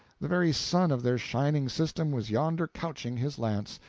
the very sun of their shining system was yonder couching his lance,